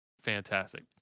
fantastic